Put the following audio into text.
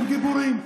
הם גיבורים,